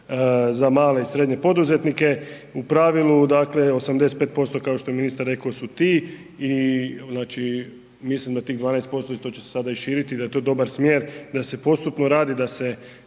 za male i srednje poduzetnike, u pravilu 85% kao što je ministar rekao su ti i mislim da tih 12% i to će sada širiti da je to dobar smjer da se postupno radi, da se